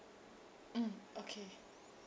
mm okay